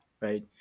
right